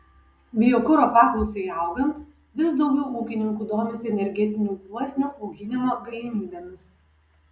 biokuro paklausai augant vis daugiau ūkininkų domisi energetinių gluosnių auginimo galimybėmis